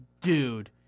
dude